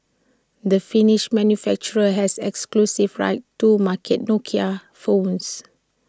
the finnish manufacturer has exclusive rights to market Nokia's phones